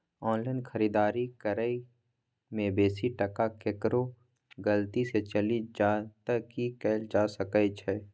Online खरीददारी करै में बेसी टका केकरो गलती से चलि जा त की कैल जा सकै छै?